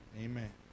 amen